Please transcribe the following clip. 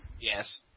Yes